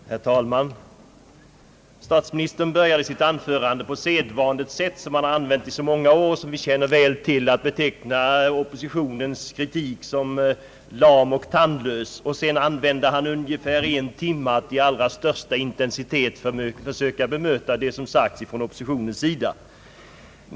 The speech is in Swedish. Herr talman! Statsministern började sitt anförande på det sedvanliga sätt som han använt i många år och som vi känner till. Han betecknade oppositionens kritik som lam och tandlös, och sedan använde han ungefär en timme åt att med allra största intensitet söka bemöta det som sagts från oppositionens sida.